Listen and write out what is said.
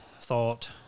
thought